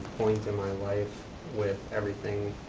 point in my life with everything,